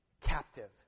captive